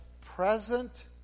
present